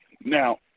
Now